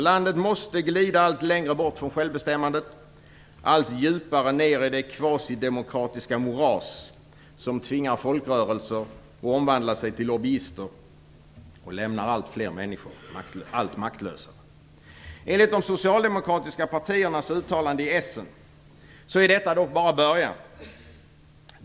Landet måste glida allt längre bort från självbestämmandet och allt djupare ner i det kvasidemokratiska moras som tvingar folkrörelser att omvandla sig till lobbyister och lämnar allt fler människor allt maktlösare. Enligt de Socialdemokratiska partiernas uttalanden i Essen är detta bara början.